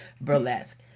Burlesque